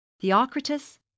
Theocritus